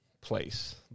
place